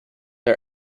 are